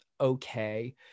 okay